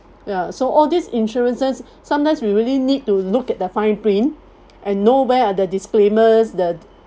ya so all these insurances sometimes we really need to look at the fine print and know where are the disclaimers the